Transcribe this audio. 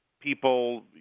people